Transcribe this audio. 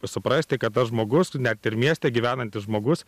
suprasti kad tas žmogus net ir mieste gyvenantis žmogus